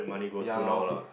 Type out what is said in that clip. ya lor